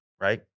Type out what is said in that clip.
right